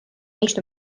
neist